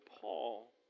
Paul